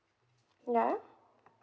ya